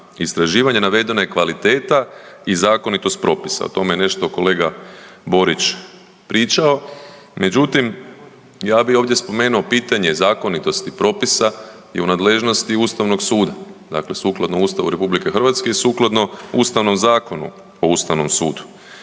istraživanja navedena je kvaliteta i zakonitost propisa. O tome je nešto kolega Borić pričao. Međutim, ja bi ovdje spomenuo pitanje zakonitosti propisa je u nadležnosti ustavnog suda. Dakle, sukladno Ustavu RH i sukladno Ustavnom zakonu o ustavnom sudu.